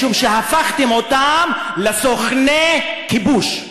משום שהפכתם אותם לסוכני כיבוש.